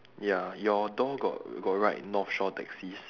ya your door got got write north shore taxis